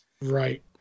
right